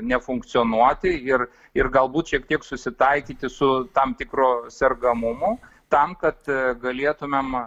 nefunkcionuoti ir ir galbūt šiek tiek susitaikyti su tam tikru sergamumu tam kad galėtumėm